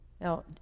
Now